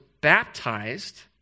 baptized